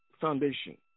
foundation